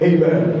Amen